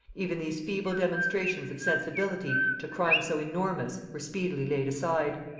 even these feeble demonstrations of sensibility to crime so enormous were speedily laid aside.